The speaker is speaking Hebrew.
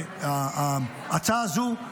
שההצעה הזו,